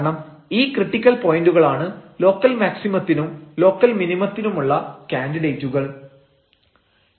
കാരണം ഈ ക്രിട്ടിക്കൽ പോയന്റുകളാണ് ലോക്കൽ മാക്സിമത്തിനും ലോക്കൽ മിനിമത്തിനുമുള്ള കാൻഡിഡേറ്റുകൾ